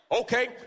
Okay